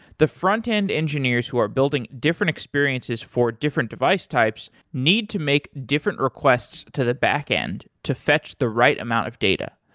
the frontend engineers who are building different experiences for different device types need to make different requests to the backend to fetch the right amount of data.